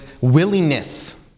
willingness